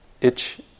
Itch